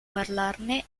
parlarne